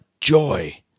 joy